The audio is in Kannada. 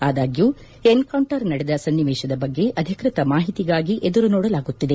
ಆದಾಗ್ಡೂ ಎನ್ಕೌಂಟರ್ ನಡೆದ ಸನ್ನಿವೇತದ ಬಗ್ಗೆ ಅಧಿಕೃತ ಮಾಹಿತಿಗಾಗಿ ಎದುರು ನೋಡಲಾಗುತ್ತಿದೆ